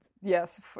yes